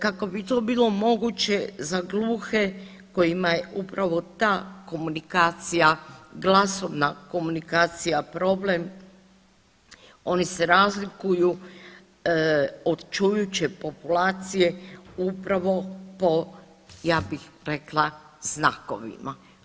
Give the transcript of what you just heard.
Kako bi to bilo moguće za gluhe kojima je upravo ta komunikacija, glasovna komunikacija problem, oni se razlikuju od čujuće populacije upravo po znakovima.